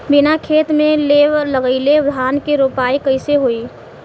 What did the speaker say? बिना खेत में लेव लगइले धान के रोपाई कईसे होई